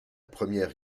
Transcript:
première